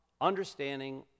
understanding